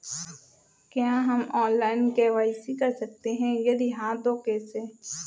क्या हम online KYC कर सकते हैं यदि हाँ तो कैसे?